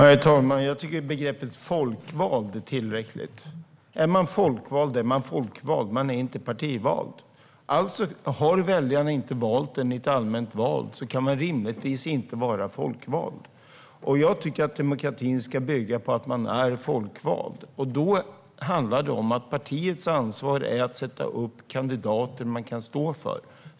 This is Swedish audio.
Herr talman! Jag tycker att begreppet folkvald är tillräckligt. Är man folkvald så är man folkvald, inte partivald. Har väljarna inte valt en i ett allmänt val kan man alltså inte rimligtvis vara folkvald. Jag tycker att demokratin ska bygga på att man är folkvald, och partiets ansvar är då att sätta upp kandidater man kan stå för.